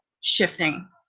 shifting